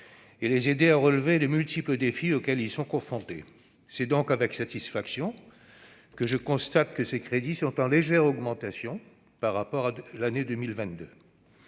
de les aider à relever les multiples défis auxquels ils sont confrontés. C'est donc avec satisfaction que je constate que ces crédits sont en légère augmentation par rapport à l'année 2022.